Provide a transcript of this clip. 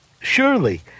Surely